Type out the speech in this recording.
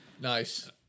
nice